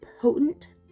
potent